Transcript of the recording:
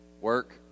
work